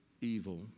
evil